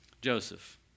Joseph